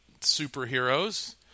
superheroes